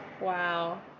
Wow